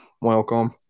welcome